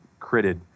critted